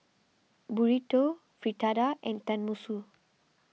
Burrito Fritada and Tenmusu